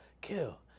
kill